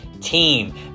team